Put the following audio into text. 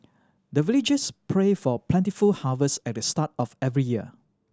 the villagers pray for plentiful harvest at the start of every year